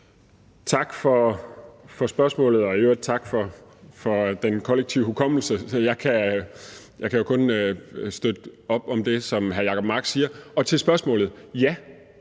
Tak for spørgsmålet, og i øvrigt også tak for den kollektive hukommelse. Jeg kan jo kun støtte op om det, som hr. Jacob Mark siger. Til spørgsmålet vil